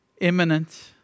Imminent